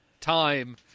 Time